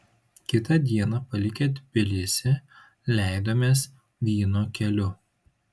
kitą dieną palikę tbilisį leidomės vyno keliu